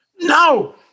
No